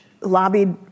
lobbied